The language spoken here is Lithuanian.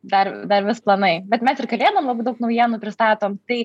dar dar vis planai bet mes ir kalėdom labai daug naujienų pristatom tai